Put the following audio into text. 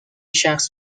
شخص